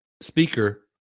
speaker